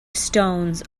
stones